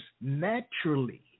naturally